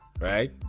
right